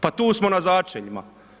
Pa tu smo na začeljima.